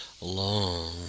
long